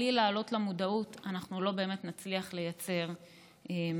בלי להעלות למודעות אנחנו לא באמת נצליח לייצר מניעה.